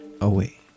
away